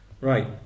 Right